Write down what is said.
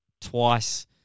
twice